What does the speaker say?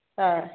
ಹಾಂ